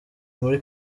muri